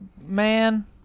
man